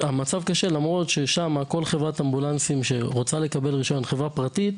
המצב קשה ששמה כל חברת אמבולנסים שרוצה לקבל רישיון חברה פרטית,